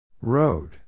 Road